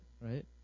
right